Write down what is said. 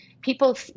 People